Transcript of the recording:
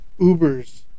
Ubers